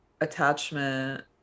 attachment